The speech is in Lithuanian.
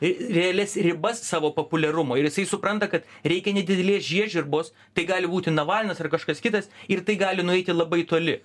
realias ribas savo populiarumo ir jisai supranta kad reikia nedidelės žiežirbos tai gali būti navalnas ar kažkas kitas ir tai gali nueiti labai toli